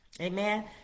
Amen